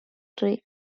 three